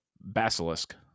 basilisk